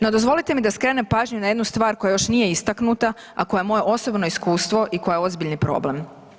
No dozvolite mi da skrenem pažnju na jednu stvar koja još nije istaknuta, a koja je moje osobno iskustvo i koja je ozbiljni problem.